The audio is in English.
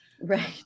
right